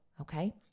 Okay